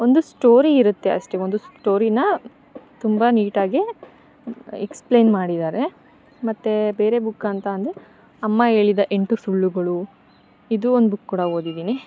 ಒಂದು ಸ್ಟೋರಿ ಇರುತ್ತೆ ಅಷ್ಟೇ ಒಂದು ಸ್ಟೋರಿನ ತುಂಬ ನೀಟಾಗಿ ಎಕ್ಸ್ಪ್ಲೇನ್ ಮಾಡಿದಾರೆ ಮತ್ತು ಬೇರೆ ಬುಕ್ ಅಂತಂದರೆ ಅಮ್ಮ ಹೇಳಿದ ಎಂಟು ಸುಳ್ಳುಗಳು ಇದು ಒಂದು ಬುಕ್ ಕೂಡ ಓದಿದೀನಿ